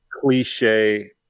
Cliche